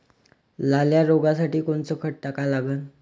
लाल्या रोगासाठी कोनचं खत टाका लागन?